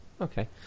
Okay